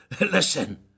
listen